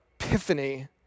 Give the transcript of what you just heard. epiphany